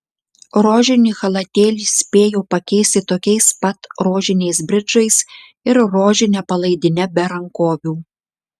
rožinį chalatėlį spėjo pakeisti tokiais pat rožiniais bridžais ir rožine palaidine be rankovių